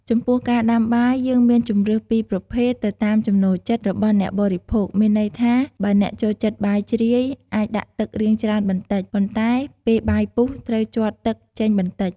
ចំពោះការដាំបាយ យើងមានជម្រើសពីរប្រភេទទៅតាមចំណូលចិត្តរបស់អ្នកបរិភោគ មានន័យថា បើអ្នកចូលចិត្តបាយជ្រាយ អាចដាក់ទឹករាងច្រើនបន្តិច ប៉ុន្តែពេលបាយពុះត្រូវជាត់ទឹកចេញបន្តិច។